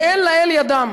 ואין לאל ידם.